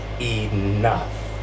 enough